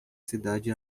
cidade